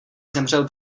zemřel